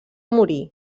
morir